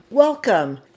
Welcome